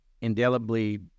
indelibly